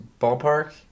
ballpark